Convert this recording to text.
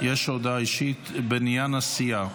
יש הודעה אישית בעניין הסיעה